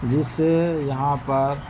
جس سے یہاں پر